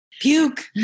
Puke